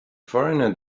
foreigner